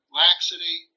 laxity